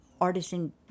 artisan